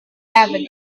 avenue